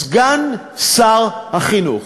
סגן שר החינוך,